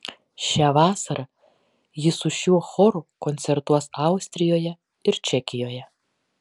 šią vasarą ji su šiuo choru koncertuos austrijoje ir čekijoje